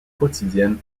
quotidienne